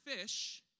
fish